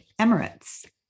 Emirates